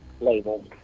label